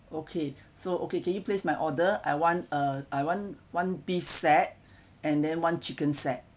okay so okay can you placed my order I want uh I want one beef set and then one chicken set